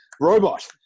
robot